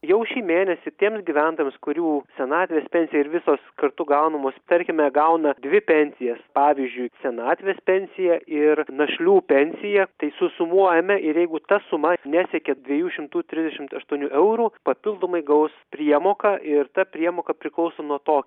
jau šį mėnesį tiems gyventojams kurių senatvės pensija ir visos kartu gaunamos tarkime gauna dvi pensijas pavyzdžiui senatvės pensiją ir našlių pensiją tai susumuojame ir jeigu ta suma nesiekia dviejų šimtų trisdešimt aštuonių eurų papildomai gaus priemoką ir ta priemoka priklauso nuo to